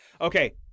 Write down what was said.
Okay